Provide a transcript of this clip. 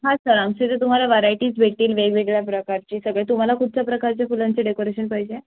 हां सर आमच्या इथे तुम्हाला वरायटीज भेटतील वेगवेगळ्या प्रकारची सगळं तुम्हाला कुठच्या प्रकारचे फुलांचे डेकोरेशन पाहिजे